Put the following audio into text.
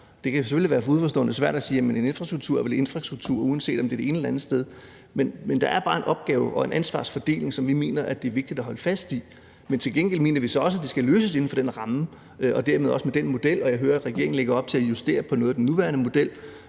Det kan selvfølgelig være svært for udenforstående, for en infrastruktur er vel en infrastruktur, uanset om det er det ene eller det andet sted, men der er bare en opgave- og ansvarsfordeling, som vi mener det er vigtigt at holde fast i. Til gengæld mener vi så også, at det skal løses inden for den ramme og dermed også med den model. Jeg hører, at regeringen lægger op til at justere på noget i den nuværende model.